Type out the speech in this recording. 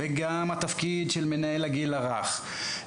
גם התפקיד של מנהל הגיל הרך,